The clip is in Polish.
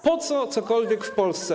Po co cokolwiek w Polsce?